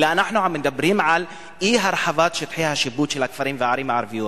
אלא אנחנו מדברים על אי-הרחבת שטחי השיפוט של הערים והכפרים הערביים,